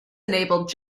enabled